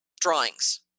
drawings